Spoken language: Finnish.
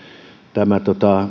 tämä